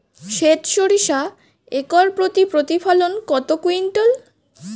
সেত সরিষা একর প্রতি প্রতিফলন কত কুইন্টাল?